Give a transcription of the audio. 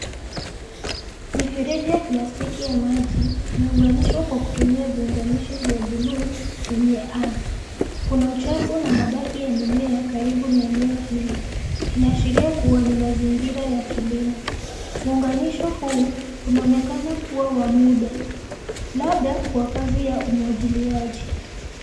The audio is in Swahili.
Mifereji ya plastiki ya maji, imeunganishwa kutumia viunganishi vya bluu kwenye ardhi. Kuna uchafu na mabaki ya mimea karibu na eneo hili, inaashiria kua mazingira ya kilimo. Muunganisho huu, unaonekana kua wa muda, labda kwa kazi ya umwagiliaji.